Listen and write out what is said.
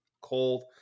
Cold